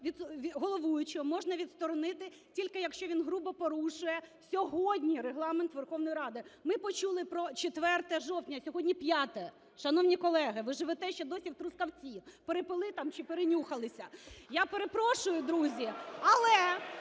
головуючого можна відсторонити тільки якщо він грубо порушує сьогодні Регламент Верховної Ради. Ми почули про 4 жовтня, сьогодні 5-е. Шановні колеги, ви живете ще досі в Трускавці. Перепили там чи перенюхалися? (Шум у залі) Я перепрошую, друзі, але